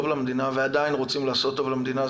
למדינה ועדיין רוצים לעשות טוב למדינה.